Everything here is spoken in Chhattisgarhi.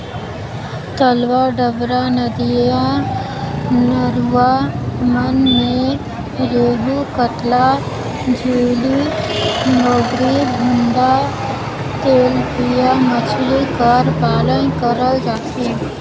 तलवा डबरा, नदिया नरूवा मन में रेहू, कतला, सूइली, मोंगरी, भुंडा, तेलपिया मछरी कर पालन करल जाथे